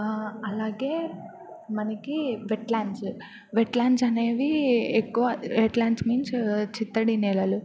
అలాగే మనకి wetlands wetlands అనేవి ఎక్కువ వెట్ ల్యాండ్స్ మీన్స్ చిత్తడి నేలలు